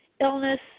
illness